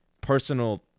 personal